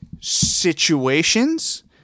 situations